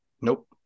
Nope